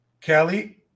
Kelly